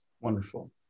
Wonderful